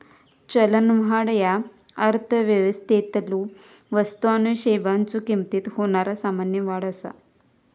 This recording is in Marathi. चलनवाढ ह्या अर्थव्यवस्थेतलो वस्तू आणि सेवांच्यो किमतीत होणारा सामान्य वाढ असा